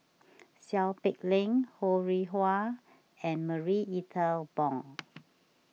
Seow Peck Leng Ho Rih Hwa and Marie Ethel Bong